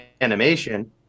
animation